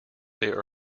there